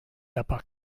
epoch